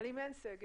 אבל אם אין סגר,